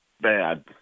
bad